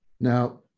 Now